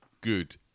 good